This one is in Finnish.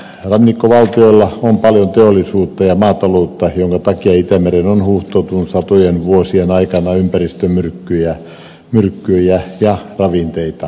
rannikkovaltioilla on paljon teollisuutta ja maataloutta minkä takia itämereen on huuhtoutunut satojen vuosien aikana ympäristömyrkkyjä ja ravinteita